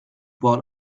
born